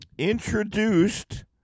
introduced